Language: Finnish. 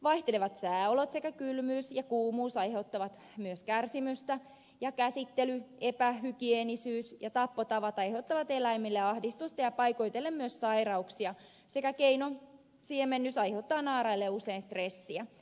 vaihtelevat sääolot sekä kylmyys ja kuumuus aiheuttavat myös kärsimystä ja käsittely epähygieenisyys ja tappotavat aiheuttavat eläimille ahdistusta ja paikoitellen myös sairauksia sekä keinosiemennys aiheuttaa naaraille usein stressiä